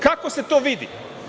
Kako se to vidi?